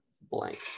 blank